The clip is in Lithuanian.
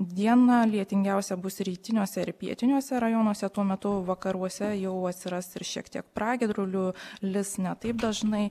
dieną lietingiausia bus rytiniuose ir pietiniuose rajonuose tuo metu vakaruose jau atsiras ir šiek tiek pragiedrulių lis ne taip dažnai